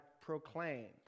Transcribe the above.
proclaimed